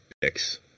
picks